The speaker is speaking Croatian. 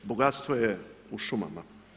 Bogatstvo je u šumama.